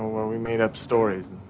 where we made up stories.